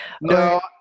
no